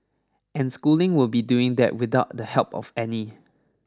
and schooling will be doing that without the help of any